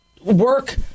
work